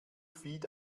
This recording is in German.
feed